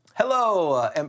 Hello